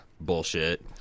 bullshit